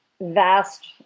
vast